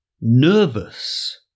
nervous